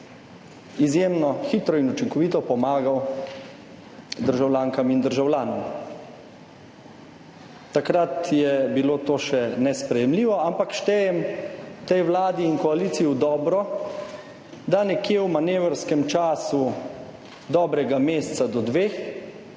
izjemno hitro in učinkovito pomagal državljankam in državljanom. Takrat je bilo to še nesprejemljivo, ampak štejem tej vladi in koaliciji v dobro, da je prišla nekje v manevrskem času dobrega meseca do dveh,